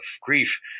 grief